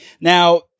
Now